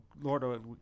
Lord